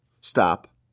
stop